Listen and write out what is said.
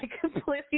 completely